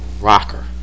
rocker